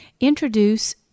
introduce